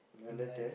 in life